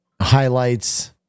highlights